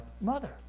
mother